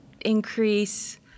increase